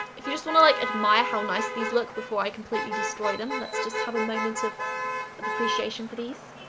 if you just wanna like, admire how nice these look before i completely destroy them, let's just have a moment of of appreciation for these.